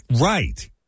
right